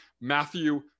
Matthew